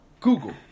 Google